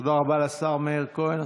תודה רבה לשר מאיר כהן.